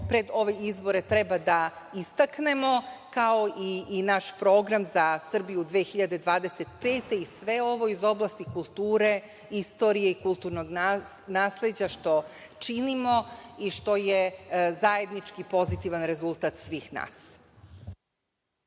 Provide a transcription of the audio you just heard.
pred ove izbore treba da istaknemo kao i naš program za Srbiju 2025. i sve ovo iz oblasti kulture, istorije i kulturnog nasleđa što činimo i što je zajednički i pozitivan rezultat svih nas.